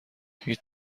هیچ